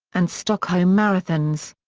and stockholm marathons.